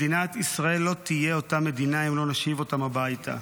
מדינת ישראל לא תהיה אותה מדינה אם לא נשיב אותם הביתה.